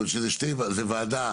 יש ועדה